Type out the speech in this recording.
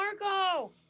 Marco